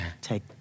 take